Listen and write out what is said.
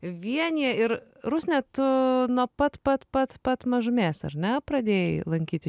vienija ir rusne tu nuo pat pat pat pat mažumės ar ne pradėjai lankyti